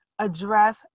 address